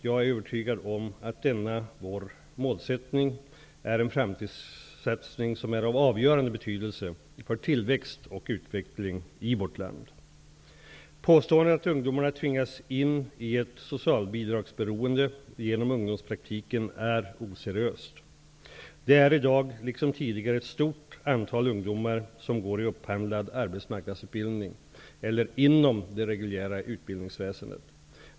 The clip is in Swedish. Jag är övertygad om att denna vår målsättning är en framtidssatsning som är av avgörande betydelse för tillväxt och utveckling i vårt land. Påståendet att ungdomarna tvingas in i ett socialbidragsberoende genom ungdomspraktiken är oseriöst. Det är i dag liksom tidigare ett stort antal ungdomar som finns i upphandlad arbetsmarknadsutbildning eller inom det reguljära utbildningsväsendet.